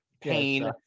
pain